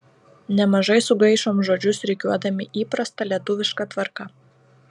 nemažai sugaišom žodžius rikiuodami įprasta lietuviška tvarka